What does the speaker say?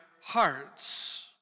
hearts